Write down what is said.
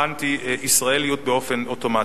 האנטי-ישראליות באופן אוטומטי.